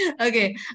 Okay